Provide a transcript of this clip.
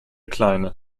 kleine